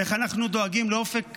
איך אנחנו דואגים לאופק